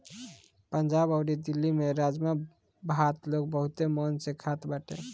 पंजाब अउरी दिल्ली में राजमा भात लोग बहुते मन से खात बाटे